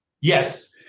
Yes